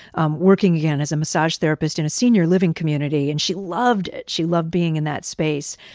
um working again as a massage therapist in a senior living community. and she loved it. she loved being in that space.